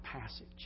passage